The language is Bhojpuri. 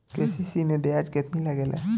के.सी.सी मै ब्याज केतनि लागेला?